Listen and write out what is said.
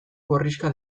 gorrixka